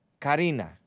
Karina